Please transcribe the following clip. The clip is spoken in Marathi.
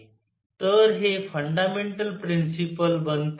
तर हे फंडामेंटल प्रिन्सिपल बनते